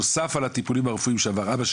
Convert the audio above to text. נוסף על הטיפולים שעבר אבא שלי,